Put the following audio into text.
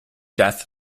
death